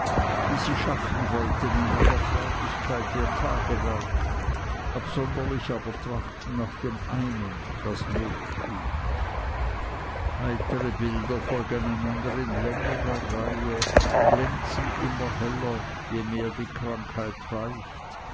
wie sie schaffen wollten in aller freudigkeit ihr tagewerk absonderlich aber trachten nach dem einen das not tut heitere bilder folgen einander in längerer reihe glänzen immer heller je mehr die krankheit weicht